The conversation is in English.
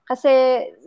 Kasi